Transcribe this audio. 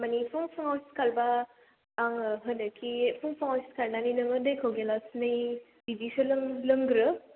माने फुं फुंआव सिखारबा आङो होनोखि फुं फुंआव सिखारनानै नोङो दैखौ गिलासनै बिदिसो लोंग्रो